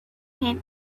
him